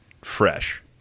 fresh